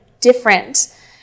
different